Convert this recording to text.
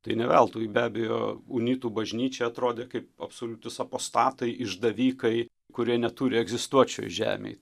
tai ne veltui be abejo unitų bažnyčia atrodė kaip absoliutūs apostatai išdavikai kurie neturi egzistuot šioj žemėj